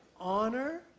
honor